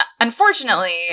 Unfortunately